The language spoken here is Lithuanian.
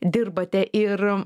dirbate ir